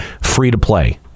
free-to-play